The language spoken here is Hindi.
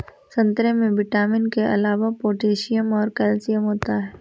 संतरे में विटामिन के अलावा पोटैशियम और कैल्शियम होता है